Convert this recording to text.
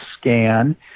scan